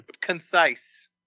concise